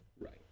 right